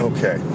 Okay